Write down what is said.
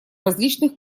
различных